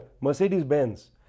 Mercedes-Benz